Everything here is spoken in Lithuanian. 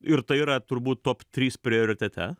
ir tai yra turbūt top trys prioritete